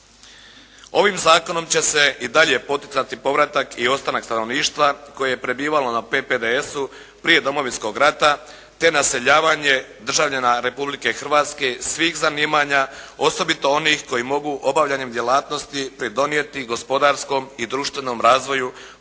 Ovim zakonom će se i dalje poticati povratak i ostanak stanovništva koje je prebivalo na PPDS-u prije Domovinskog rata te naseljavanje državljana Republike Hrvatske svih zanimanja osobito onih koji mogu obavljanjem djelatnosti pridonijeti gospodarskom i društvenom razvoju područja